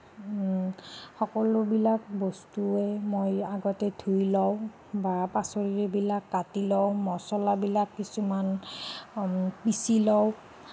সকলোবিলাক বস্তুয়েই মই আগতে ধুই লওঁ বা পাচলিবিলাক কাটি লওঁ মছলাবিলাক পিচি লওঁ